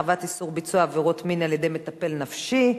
(הרחבת איסור ביצוע עבירות מין על-ידי מטפל נפשי),